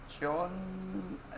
John